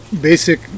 basic